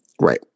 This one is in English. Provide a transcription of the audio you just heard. Right